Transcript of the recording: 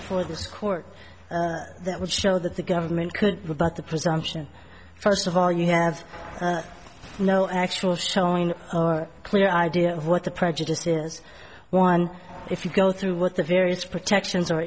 for this court that would show that the government could without the presumption first of all you have no actual showing clear idea of what the prejudice here's one if you go through what the various protections are